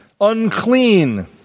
unclean